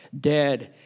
dead